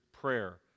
prayer